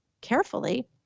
carefully